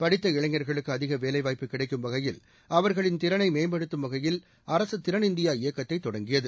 படித்த இளைஞர்களுக்கு அதிக வேலைவாய்ப்பு கிடைக்கும் வகையில் அவர்களின் திறனை மேம்படுத்தும் வகையில் அரசு திறன் இந்தியா இயக்கத்தை தொடங்கியது